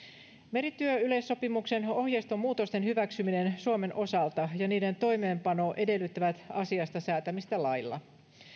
merityöyleissopimuksen ohjeiston muutosten hyväksyminen suomen osalta ja niiden toimeenpano edellyttävät asiasta säätämistä lailla